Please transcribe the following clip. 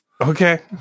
Okay